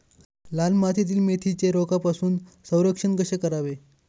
लाल मातीतील मेथीचे रोगापासून संरक्षण कसे करावे?